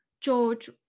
George